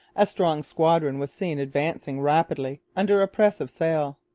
a strong squadron was seen advancing rapidly under a press of sail.